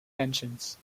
tensions